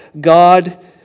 God